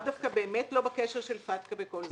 באמת לא בקשר ל- FATKA וכל זה.